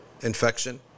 infection